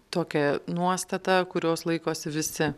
tokią nuostatą kurios laikosi visi